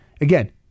Again